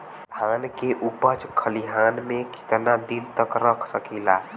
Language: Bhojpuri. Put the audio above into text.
धान के उपज खलिहान मे कितना दिन रख सकि ला?